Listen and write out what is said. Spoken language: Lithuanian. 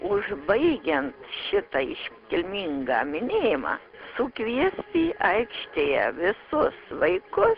užbaigiant šitą iškilmingą minėjimą sukviesti aikštėje visus laikus